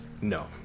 No